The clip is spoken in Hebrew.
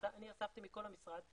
אני אספתי מכל המשרד,